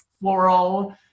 floral